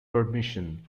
permission